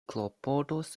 klopodos